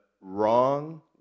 wrong